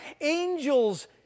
Angels